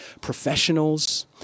professionals